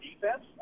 defense